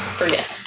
forget